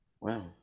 Wow